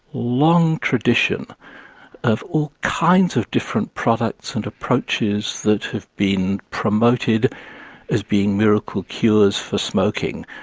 long tradition of all kinds of different products and approaches that have been promoted as being miracle cures for smoking,